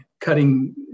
cutting